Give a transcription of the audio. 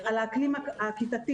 על האקלים הכיתתי,